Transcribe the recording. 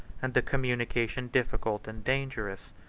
and the communication difficult and dangerous.